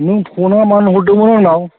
नों फना मानो हरदोंमोन आंनाव